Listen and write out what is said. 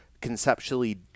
conceptually